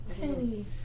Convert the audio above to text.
Penny